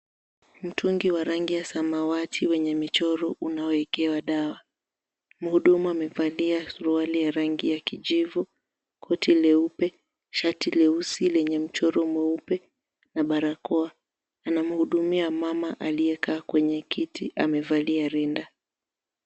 Mtungi wa rangi ya samawati wenye michoro unaoekewa dawa. Mhudumu amevalia suruali ya rangi ya kijivu, koti leupe, shati leusi lenye mchoro mweupe na barakoa anamhudumia mama aliyekaa kwenye kiti amevalia rinda.